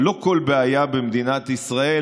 אבל לא כל בעיה במדינת ישראל,